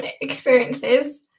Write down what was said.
experiences